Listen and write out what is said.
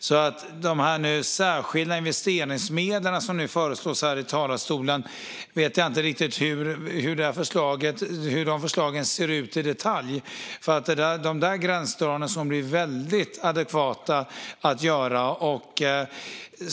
När det gäller de särskilda investeringsmedel som nu föreslås här i talarstolen vet jag inte riktigt hur förslagen ser ut i detalj. Det är gränsdragningar som blir väldigt adekvata att göra.